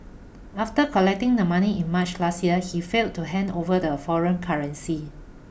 after collecting the money in March last year he failed to hand over the foreign currency